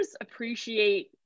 appreciate